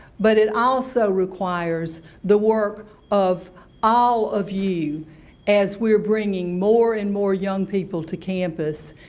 but it also requires the work of all of you as we're bringing more and more young people to campus.